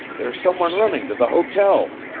there's some one running to the hotel!